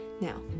now